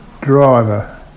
driver